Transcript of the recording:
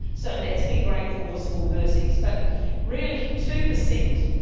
so let's be grateful for small mercies, but really, two percent,